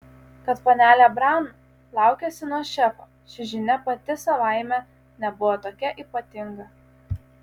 kad panelė braun laukiasi nuo šefo ši žinia pati savaime nebuvo tokia ypatinga